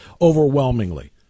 overwhelmingly